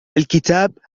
الكتاب